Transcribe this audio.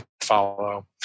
follow